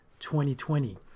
2020